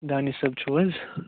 دانِش صٲب چھُو حظ